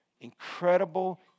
incredible